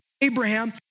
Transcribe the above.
Abraham